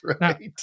right